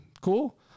cool